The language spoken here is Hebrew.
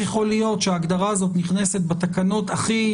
יכול להיות שההגדרה הזאת נכנסת בתקנות הכי,